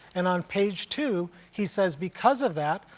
and on page two, he says, because of that,